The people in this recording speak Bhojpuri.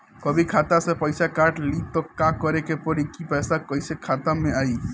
कभी खाता से पैसा काट लि त का करे के पड़ी कि पैसा कईसे खाता मे आई?